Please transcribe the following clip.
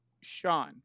Sean